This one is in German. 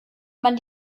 man